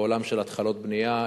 בעולם של התחלות בנייה,